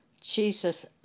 Jesus